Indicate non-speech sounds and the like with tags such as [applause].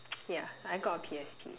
[noise] yeah I got a P_S_P